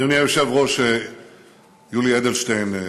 אדוני היושב-ראש יולי אדלשטיין,